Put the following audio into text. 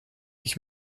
ich